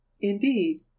Indeed